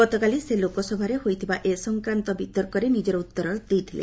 ଗତକାଲି ସେ ଲୋକସଭାରେ ହୋଇଥିବା ଏ ସଂକ୍ରାନ୍ତ ବିତର୍କରେ ନିଜର ଉତ୍ତର ଦେଇଥିଲେ